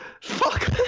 fuck